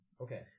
Okay